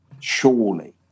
surely